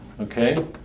okay